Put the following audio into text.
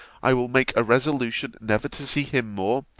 i will make a resolution never to see him more,